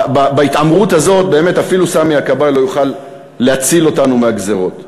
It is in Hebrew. בהתעמרות הזאת אפילו סמי הכבאי לא יוכל להציל אותנו מהגזירות.